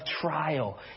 trial